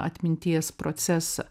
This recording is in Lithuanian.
atminties procesą